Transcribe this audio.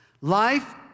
life